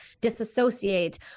disassociate